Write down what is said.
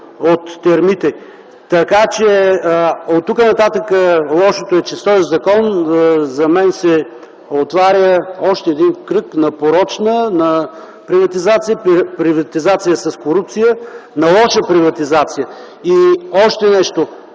от термити. Оттук нататък лошото е, че с този закон за мен се отваря още един кръг на порочна приватизация, на приватизация с корупция – на лоша приватизация. Още нещо,